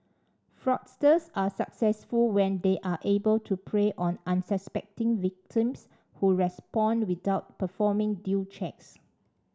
fraudsters are successful when they are able to prey on unsuspecting victims who respond without performing due checks